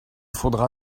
faudra